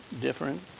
different